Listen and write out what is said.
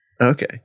Okay